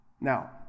Now